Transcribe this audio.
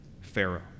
Pharaoh